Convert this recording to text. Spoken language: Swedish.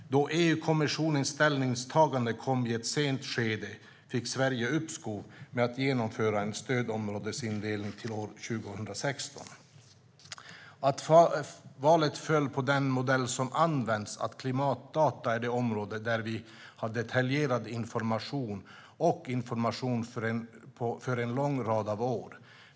Då EU-kommissionens ställningstagande kom i ett sent skede fick Sverige uppskov med att genomföra en ny stödområdesindelning till år 2016. Skälet till att valet föll på den modell som använts är att klimatdata är det område där vi har detaljerad information och information för en lång rad av år.